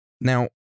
Now